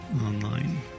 online